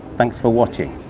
thanks for watching.